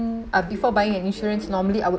uh before buying an insurance normally I would